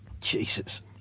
Jesus